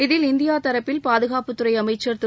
இதில் இந்தியா தரப்பில் பாதுகாப்புத்துறை அமைச்சர் திரு